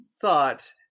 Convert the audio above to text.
thought